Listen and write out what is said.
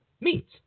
meat